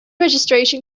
registration